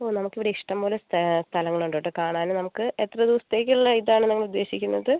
ഓ നമുക്കിവിടെ ഇഷ്ടംപോലെ സ്ത സ്ഥലങ്ങളുണ്ട് കേട്ടോ കാണാൻ നമുക്ക് എത്ര ദിവസത്തേക്കുള്ള ഇതാണ് നമ്മൾ ഉദ്ദേശിക്കുന്നത്